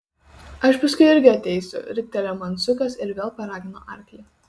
aš paskui irgi ateisiu riktelėjo man zukas ir vėl paragino arklį